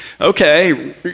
Okay